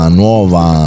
nuova